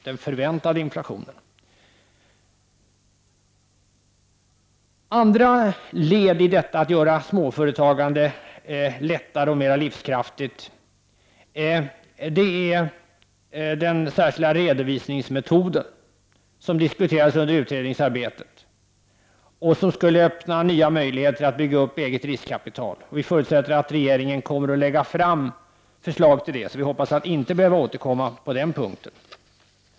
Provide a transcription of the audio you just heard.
Den särskilda redovisningsmetoden är ett annat led i detta att göra småföretagande lättare och mera livskraftigt. Detta har diskuterats under utredningsarbetet och skulle öppna nya möjligheter att bygga upp ett eget riskkapital. Vi förutsätter att regeringen kommer att lägga fram förslag till det. Vi hoppas att vi inte behöver återkomma på den punkten.